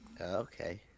Okay